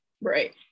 Right